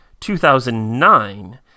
2009